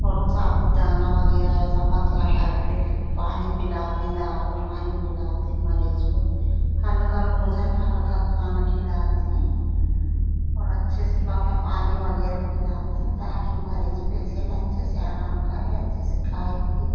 और साबुदाना वग़ैरह ऐसा पतला करके उसको पानी पिलाते हैं दाल का पानी पिलाते मरीज़ को हल्का भोजन हल्का खाना खिलाते हैं और अच्छे से पका पानी वग़ैरह पिलाते हैं ताकि मरीज़ पेसेन्ट अच्छे से आराम करे अच्छे से खाए पिए